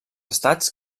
estats